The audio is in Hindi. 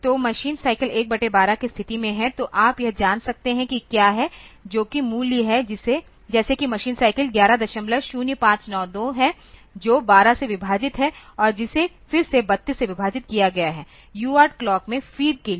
तो मशीन साइकिल 1 बटे 12 के स्थिति में है तो आप यह जान सकते हैं कि क्या है जो कि मूल्य है जैसे कि मशीन साइकिल 110592 है जो 12 से विभाजित है और जिसे फिर से 32 से विभाजित किया गया है UART क्लॉक में फीड के लिए